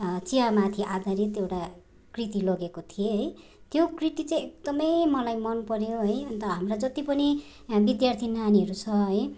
चियामाथि आधारित एउटा कृति लगेको थिएँ है त्यो कृति चाहिँ एकदमै मलाई मनपर्यो है अन्त हाम्रा जति पनि विद्यार्थी नानीहरू छ है